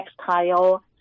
textile